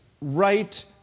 right